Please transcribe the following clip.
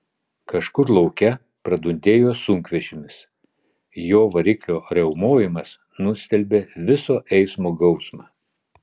kažkur lauke pradundėjo sunkvežimis jo variklio riaumojimas nustelbė viso eismo gausmą